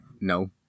No